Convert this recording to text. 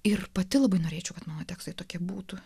ir pati labai norėčiau kad mano tekstai tokie būtų